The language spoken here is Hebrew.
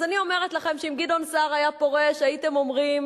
אז אני אומרת לכם שאם גדעון סער היה פורש הייתם אומרים: